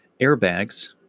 airbags